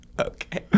okay